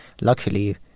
luckily